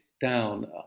down